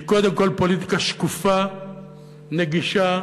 היא קודם כול פוליטיקה שקופה, נגישה,